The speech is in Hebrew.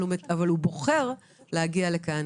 אבל הוא בוחר להגיע לכאן.